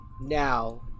now